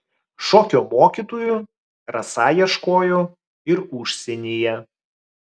šokio mokytojų rasa ieškojo ir užsienyje